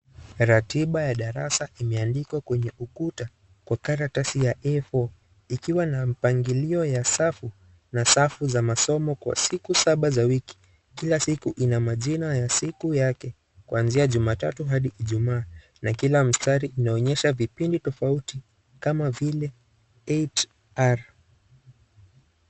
Ratiba ya darasa imeandikwa kwenye ukuta kwa karatasi ya A4 ikiwa na mpangilio ya safu na safu za masomo kwa siku saba za wiki kila siku ina majina ya siku yake kuanzia jumatatu hadi ijumaa, na kila mstari unaonyesha vipindi tofauti kama vile 8R.